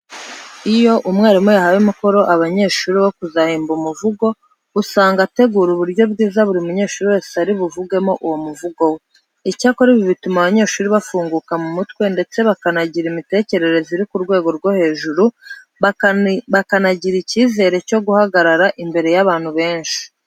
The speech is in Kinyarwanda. Iyo umwarimu yahaye umukoro abanyeshuri wo kuzahimba umuvugo, usanga ategura uburyo bwiza buri munyeshuri wese ari buvugemo uwo muvugo we. Icyakora ibi bituma abanyeshuri bafunguka mu mutwe ndetse bakanagira imitekerereze iri ku rwego rwo hejuru bakanagira icyizere cyo guhagarara imbere y'abantu benshi.